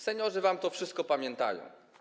Seniorzy wam to wszystko pamiętają.